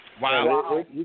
Wow